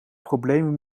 problemen